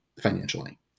financially